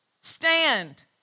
Stand